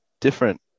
different